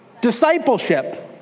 discipleship